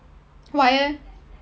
why eh